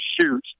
shoot